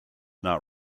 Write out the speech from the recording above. not